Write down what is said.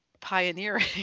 pioneering